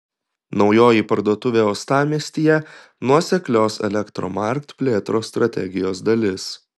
naujoji parduotuvė uostamiestyje nuoseklios elektromarkt plėtros strategijos dalis